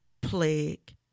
plague